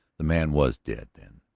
the man was dead, then.